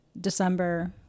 December